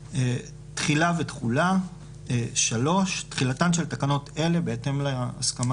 תחילה ותחולה 3. תחילתן של תקנות אלה בהתאם להסכמה